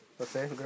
Okay